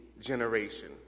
generation